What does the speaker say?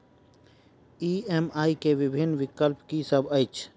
EMI केँ विभिन्न विकल्प की सब अछि